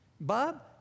Bob